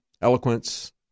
eloquence